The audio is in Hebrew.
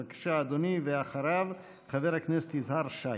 בבקשה, אדוני, ואחריו, חבר הכנסת יזהר שי.